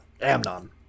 Amnon